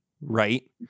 Right